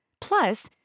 Plus